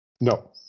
No